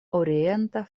orienta